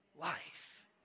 life